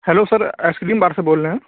hello sir ice cream bar سے بول رہے ہیں